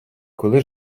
коли